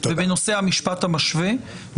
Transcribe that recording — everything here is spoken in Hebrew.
ובנושא המשפט המשווה,